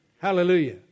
Hallelujah